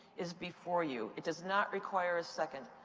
is before you. it does not require a second.